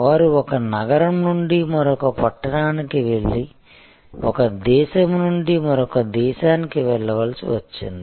వారు ఒక నగరం నుండి మరొక పట్టణానికి వెళ్లి ఒక దేశం నుండి మరొక దేశానికి వెళ్ళవలసి వచ్చింది